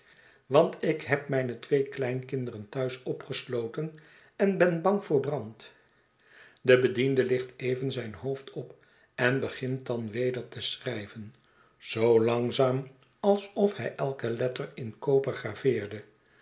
want ik heb mijne twee kleinkinderen thuis opgesloten en ben bang voor brand de bediende licht even zijn hoofd op en begint dan weder te schrijven zoo langzaam alsof hij elke letter in